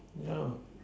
no